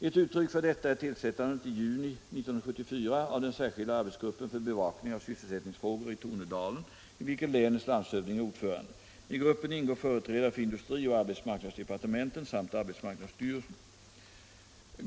Ett uttryck för detta är tillsättandet i juni 1974 av den särskilda arbetsgruppen för bevakning av sysselsättningsfrågor i Tornedalen, i vilken länets landshövding är ordförande. I gruppen ingår företrädare för industri och arbetsmarknadsdepartementen samt arbetsmarknadsstyrelsen.